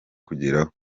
kugeraho